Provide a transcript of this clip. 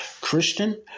Christian